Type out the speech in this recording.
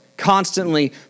Constantly